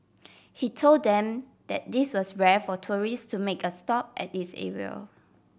he told them that this was rare for tourists to make a stop at this area